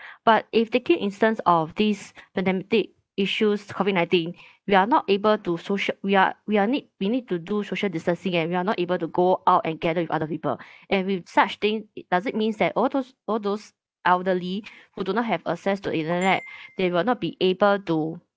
but if taking instance of this pandemic issues COVID nineteen we are not able to social we are we are need we need to do social distancing eh we are not able to go out and gather with other people and with such thing it does it means that all those all those elderly who do not have access to internet they will not be able to